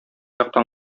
яктан